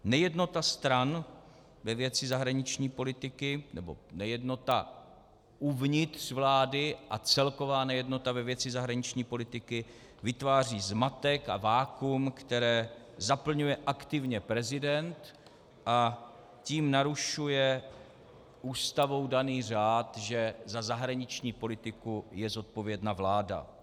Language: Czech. Nejednota stran ve věci zahraniční politiky nebo nejednota uvnitř vlády a celková nejednota ve věci zahraniční politiky vytváří zmatek a vakuum, které zaplňuje aktivně prezident, a tím narušuje Ústavou daný řád, že za zahraniční politiku je zodpovědná vláda.